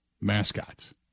mascots